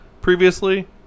previously